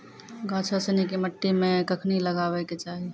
गाछो सिनी के मट्टी मे कखनी लगाबै के चाहि?